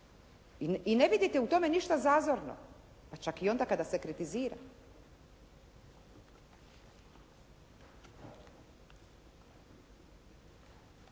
I ne vidjeti u tome ništa zazorno. Pa čak i onda kada se kritizira.